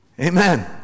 Amen